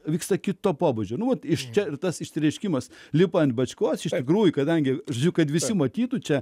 vyksta kito pobūdžio duoti iš čia ir tas išsireiškimas lipa ant bačkos iš čia groji kadangi žiūriu kad visi matytų čia